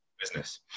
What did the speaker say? business